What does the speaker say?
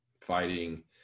fighting